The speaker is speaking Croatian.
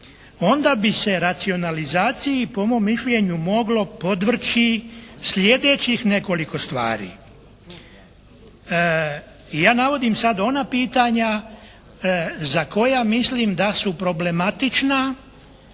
onda bi se racionalizaciji po mom mišljenju moglo podvrći sljedećih nekoliko stvari. Ja navodim sad ona pitanja za koja mislim da su problematična